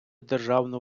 державну